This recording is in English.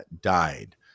died